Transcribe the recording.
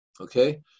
okay